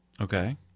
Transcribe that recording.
Okay